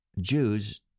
Jews